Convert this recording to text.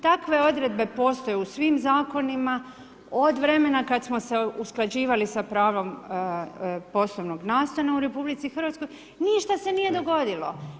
Takve odredbe postoje u svim zakonima od vremena kad smo se usklađivali sa pravom poslovnog nastana u RH, ništa se nije dogodilo.